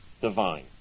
divine